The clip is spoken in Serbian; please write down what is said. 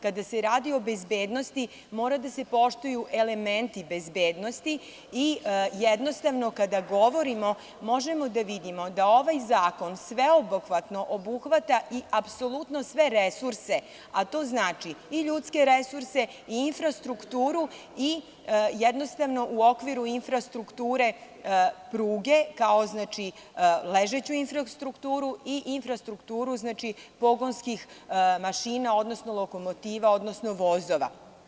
Kada se radi o bezbednosti, mora da se poštuju elementi bezbednosti i jednostavno kada govorimo možemo da vidimo da ovaj zakon sveobuhvatno obuhvata i apsolutno sve resurse, a to znači i ljudske resurse i infrastrukturu i jednostavno u okviru infrastrukture pruge, kao ležeću infrastrukturu, i infrastrukturu pogonskih mašina, odnosno lokomotiva, odnosno vozova.